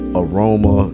aroma